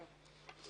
אין ספק שזה נכנס.